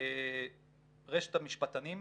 רשת המשפטנים,